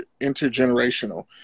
intergenerational